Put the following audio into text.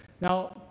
Now